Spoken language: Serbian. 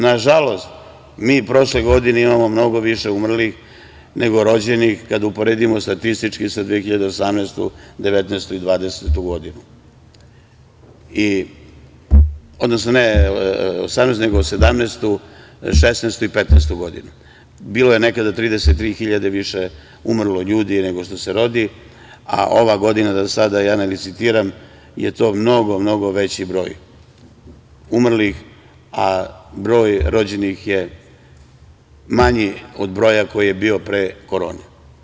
Nažalost mi prošle godine imamo mnogo više umrlih, nego rođenih kada uporedimo statistički sa 2017, 2016. i 2015. godinu, bilo je nekada 33.000 više umrlih ljudi, nego rođenih, a ova godina, da sada ja ne licitiram je to mnogo, mnogo veći broj umrlih, a broj rođenih je manji od broja koji je bio pre korone.